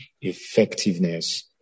effectiveness